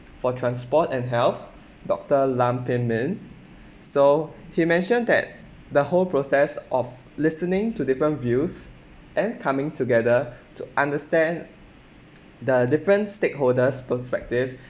for transport and health doctor lam pin min so he mentioned that the whole process of listening to different views and coming together to understand the different stakeholders' perspective